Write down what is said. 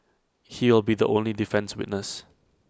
he will be the only defence witness